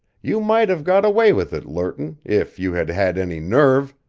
you might have got away with it, lerton, if you had had any nerve.